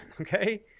okay